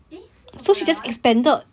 eh 是什么 liao ah